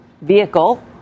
Vehicle